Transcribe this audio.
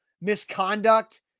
misconduct